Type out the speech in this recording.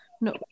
No